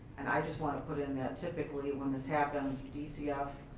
and i just want to put in that typically when this happens dcf,